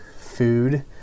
food